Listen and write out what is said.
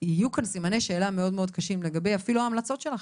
יהיו כאן סימני שאלה מאוד מאוד קשים לגבי אפילו ההמלצות שלכם.